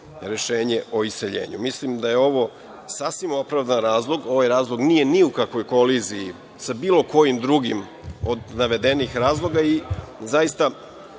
o iseljenju. Mislim da je ovo sasvim opravdan razlog. Ovaj razlog nije ni u kakvoj koliziji sa bilo kojim drugim od navedenim razloga i zaista